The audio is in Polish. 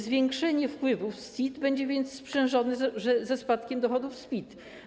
Zwiększenie wpływów z CIT będzie więc sprzężone ze spadkiem dochodów z PIT.